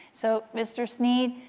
so mr. snead,